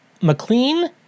McLean